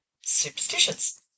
superstitions